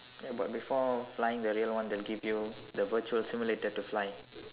ya but before flying the real one they'll give you the virtual simulator to fly